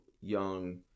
young